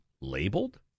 labeled